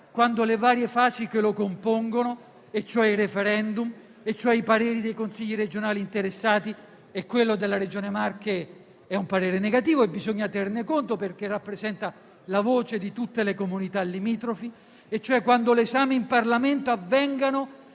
quando le varie fasi che lo compongono e, cioè, il *referendum*, i pareri dei Consigli regionali interessati - quello della Regione Marche è negativo e bisogna tenerne conto perché rappresenta la voce di tutte le comunità limitrofi - e l'esame in Parlamento avvengono